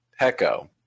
Pecco